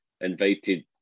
invited